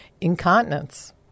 incontinence